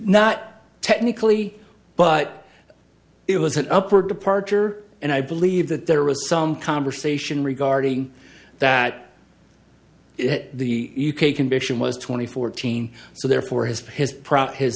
not technically but it was an upward departure and i believe that there was some conversation regarding that the u k condition was twenty fourteen so therefore his